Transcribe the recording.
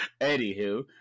Anywho